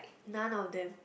none of them